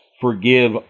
Forgive